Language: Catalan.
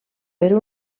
per